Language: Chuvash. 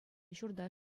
ҫурта